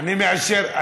אני מאשר.